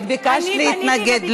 את ביקשת להתנגד.